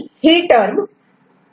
B B